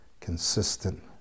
consistent